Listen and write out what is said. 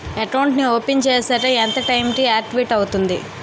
Account నీ open చేశాక ఎంత టైం కి ఆక్టివేట్ అవుతుంది?